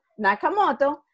Nakamoto